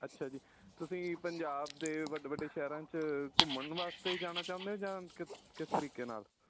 ਅੱਛਾ ਜੀ ਤੁਸੀਂ ਪੰਜਾਬ ਦੇ ਵੱਡੇ ਵੱਡੇ ਸ਼ਹਿਰਾਂ 'ਚ ਘੁੰਮਣ ਵਾਸਤੇ ਜਾਣਾ ਚਾਹੁੰਦੇ ਹੋ ਜਾਂ ਕਿ ਕਿਸ ਤਰੀਕੇ ਨਾਲ